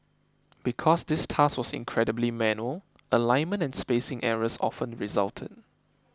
because this task was incredibly manual alignment and spacing errors often resulted